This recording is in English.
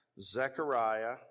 Zechariah